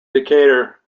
decatur